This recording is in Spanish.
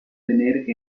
tener